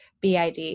BID